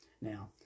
Now